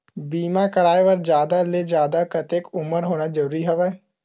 बीमा कराय बर जादा ले जादा कतेक उमर होना जरूरी हवय?